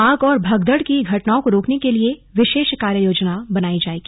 आग औरभगदड़ की घटनाओं को रोकने के लिये विशेष कार्ययोजना बनाई जायेगी